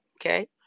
Okay